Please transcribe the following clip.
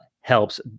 helps